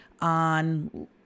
on